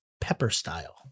Pepper-style